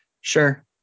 sure